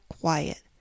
quiet